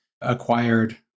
acquired